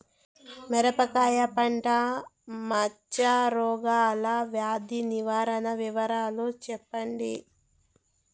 మిరపకాయ పంట మచ్చ రోగాల వ్యాధి నివారణ వివరాలు చెప్పండి?